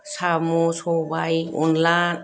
साम' सबाय अनला